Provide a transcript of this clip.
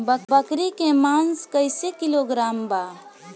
बकरी के मांस कईसे किलोग्राम बा?